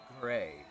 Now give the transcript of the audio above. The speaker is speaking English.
gray